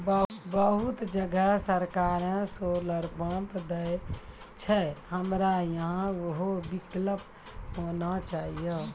बहुत जगह सरकारे सोलर पम्प देय छैय, हमरा यहाँ उहो विकल्प होना चाहिए?